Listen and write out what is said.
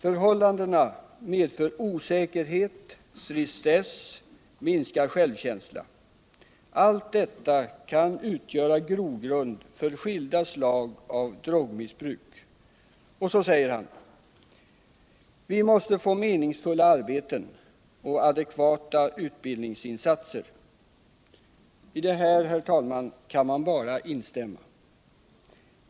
Förhållandena medför osäkerhet, tristess, minskad självkänsla. Allt detta kan utgöra grogrund för skilda slag av drogmissbruk.” Och så säger han: ”Vi måste få meningsfulla arbeten och adekvata utbildningsinsatser.” I detta, herr talman, kan man bara instämma.